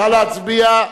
נא להצביע,